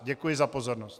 Děkuji za pozornost.